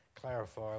clarify